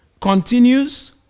continues